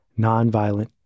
nonviolent